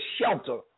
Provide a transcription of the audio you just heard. shelter